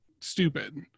stupid